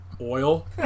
oil